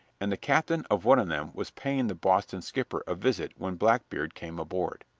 and the captain of one of them was paying the boston skipper a visit when blackbeard came aboard.